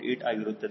8 ಆಗಿರುತ್ತದೆ